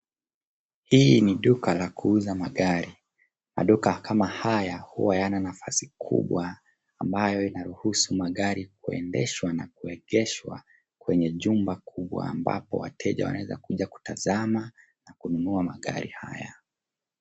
Hii ni duka la kuuza magari. Maduka kama haya huwa na nafasi kubwa ambayo inaruhusu magari kuendeshwa na kuegeshwa kwenye jumba kubwa ambapo wateja wanaweza kuja kutazama na kununua magari haya.